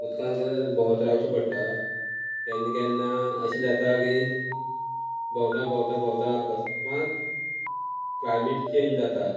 उदकाक भोंवत रावची पडटा केन्ना केन्ना अशें जाता की भोंवता भोंवता भोंवता अकस्मात क्लायमेट चेंज जाता